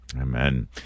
Amen